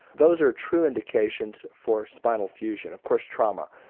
those are true indications for spinal fusion, of course trauma,